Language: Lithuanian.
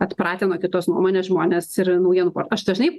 atpratę nuo kitos nuomonės žmonės ir naujienų aš dažnai